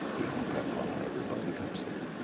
pepin, everybody comes here.